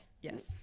Yes